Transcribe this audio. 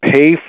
pay